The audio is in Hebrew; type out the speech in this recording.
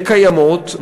קיימות.